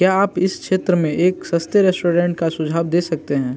क्या आप इस क्षेत्र में एक सस्ते रेस्टोरेंट का सुझाव दे सकते हैं